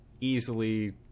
easily